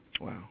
Wow